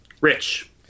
Rich